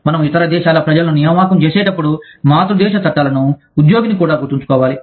మనము ఇతర దేశాల ప్రజలను నియామకం చేసేటప్పుడు మాతృదేశచట్టాలను ఉద్యోగిని కూడా గుర్తుంచుకోవాలి